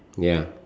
ya